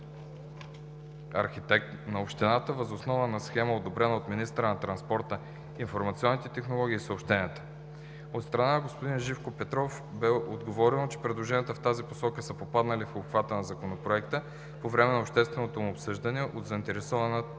архитект на общината въз основа на схема, одобрена от министъра на транспорта, информационните технологии и съобщенията. От страна на господин Живко Петров бе отговорено, че предложенията в тази посока са попаднали в обхвата на Законопроекта по време на общественото му обсъждане от заинтересовани